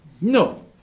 No